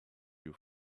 you